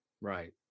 right